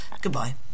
Goodbye